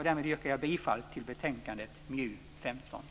Därmed yrkar jag bifall till förslaget i betänkandet